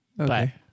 Okay